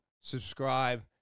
subscribe